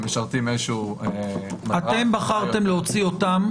משרתים איזשהו --- אתם בחרתם להוציא אותם.